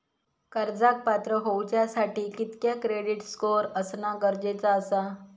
कर्जाक पात्र होवच्यासाठी कितक्या क्रेडिट स्कोअर असणा गरजेचा आसा?